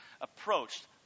approached